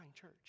church